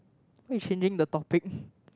who is changing the topic